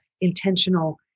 intentional